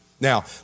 Now